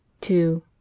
two